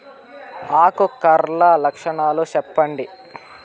ఆకు కర్ల లక్షణాలు సెప్పండి